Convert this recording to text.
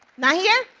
not here?